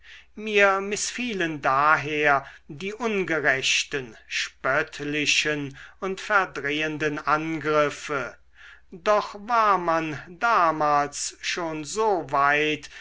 mir mißfielen daher die ungerechten spöttlichen und verdrehenden angriffe doch war man damals schon